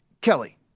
Kelly